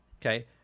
okay